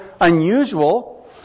unusual